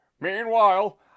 Meanwhile